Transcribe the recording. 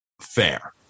fair